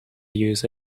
use